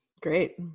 Great